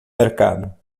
mercado